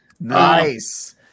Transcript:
nice